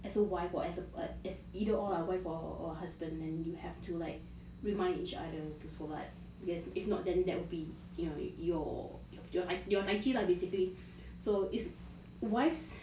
as a wife or as a as it either wife or husband then you have to like remind each other to so like because if not then that would be you know your your your taiji lah basically so it's wife